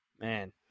man